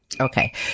Okay